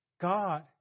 God